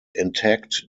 intact